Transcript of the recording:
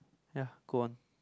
ya go on